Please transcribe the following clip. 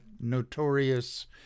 notorious